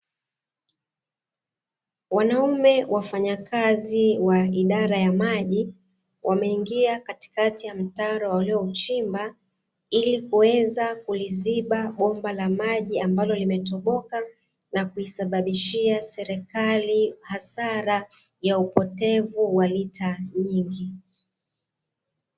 Wanaume wafanyakazi wa idara ya maji wameingia katikati ya mtaro waliouchimba, ili kuweza kuliziba bomba la maji, ambalo limetoboka na kuisababishia serikali hasara ya upotevu wa lita nyingi.